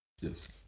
Yes